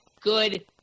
good